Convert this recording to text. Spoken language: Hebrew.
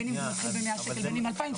בין אם מדובר ב-100 שקל ובין אם ב-2,000 שקל.